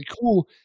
cool